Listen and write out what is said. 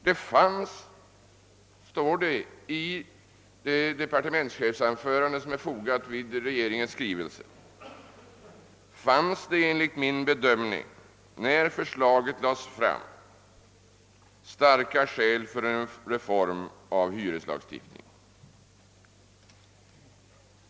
Det fanns — står det i det statsrådsprotokoll som är fogat vid regeringens skrivelse — enligt min bedömning, när förslaget lades fram, starka skäl för en reform av hyreslagstiftningen.